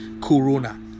corona